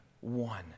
One